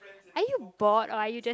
are you bored are you just